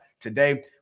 today